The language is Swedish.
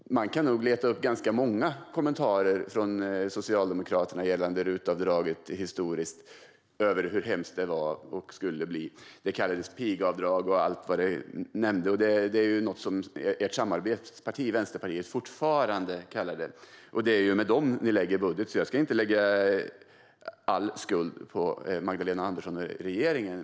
Man kan nog leta upp ganska många kommentarer från Socialdemokraterna om RUT-avdraget och hur hemskt det skulle bli. Det kallades pigavdrag och allt möjligt. Pigavdrag är något ert samarbetsparti Vänsterpartiet fortfarande kallar det, och det är med dem ni lägger fram budgeten. Jag ska därför inte lägga all skuld på Magdalena Andersson och regeringen.